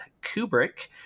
Kubrick